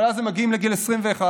אבל אז הם מגיעים לגיל 21,